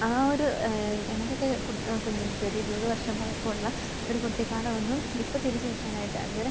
ആ ഒരു ഞങ്ങളുടെയൊക്കെ ആ കുഞ്ഞിൻത്തൊരിരുപത് വർഷം പഴക്കമുള്ള ഒരു കുട്ടിക്കാലം ഒന്നും ഇപ്പം തിരിച്ച് കിട്ടാനായിട്ട് അല്ലെങ്കിൽ